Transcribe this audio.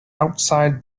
outside